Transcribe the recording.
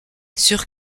sur